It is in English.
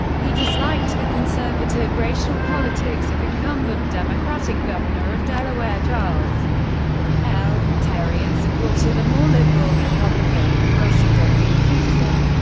he disliked the conservative racial politics of incumbent democratic governor of delaware charles l. terry and supported a more liberal republican, russell w. peterson,